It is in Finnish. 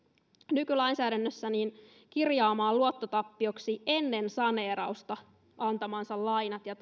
nykylainsäädännössä kirjaamaan luottotappioksi ennen saneerausta antamansa lainat ja